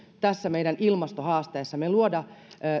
tässä meidän ilmastohaasteessamme on myös luoda